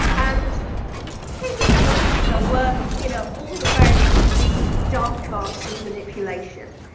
and cambridge analytica were you know all about the dark arts of manipulation.